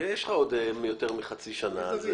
יש לך עוד יותר מחצי שנה.